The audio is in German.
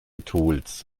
tools